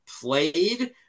played